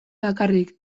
bakarrik